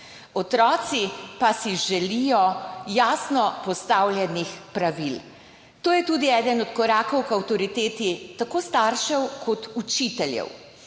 otroci pa si želijo jasno postavljenih pravil. To je tudi eden od korakov k avtoriteti tako staršev kot učiteljev.